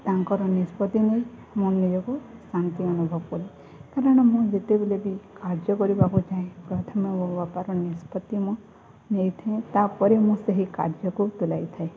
ତାଙ୍କର ନିଷ୍ପତ୍ତି ନେଇ ମୁଁ ନିଜକୁ ଶାନ୍ତି ଅନୁଭବ କରେ କାରଣ ମୁଁ ଯେତେବେଳେ ବି କାର୍ଯ୍ୟ କରିବାକୁ ଚାହେଁ ପ୍ରଥମେ ମୋ ବାପାର ନିଷ୍ପତ୍ତି ମୁଁ ନେଇଥାଏ ତାପରେ ମୁଁ ସେହି କାର୍ଯ୍ୟକୁ ତୁଲାଇଥାଏ